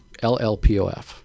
LLPOF